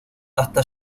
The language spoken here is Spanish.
hasta